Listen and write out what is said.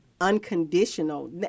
unconditional